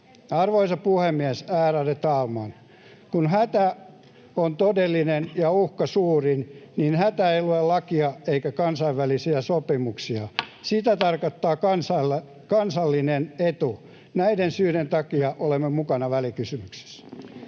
Ärade talman! Kun hätä on todellinen ja uhka suuri, niin hätä ei lue lakia eikä kansainvälisiä sopimuksia. Sitä tarkoittaa kansallinen etu. Näiden syiden takia olemme mukana välikysymyksessä.